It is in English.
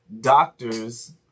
doctors